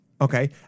Okay